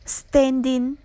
standing